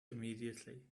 immediately